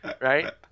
right